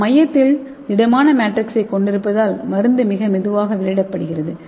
நாம் மையத்தில் திடமான மேட்ரிக்ஸைக் கொண்டிருப்பதால் மருந்து மிக மெதுவாக வெளியிடப்படுகிறது